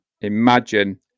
Imagine